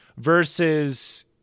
versus